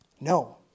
No